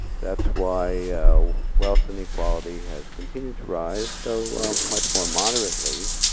that's why wealth and equality has continue to rise though much more moderately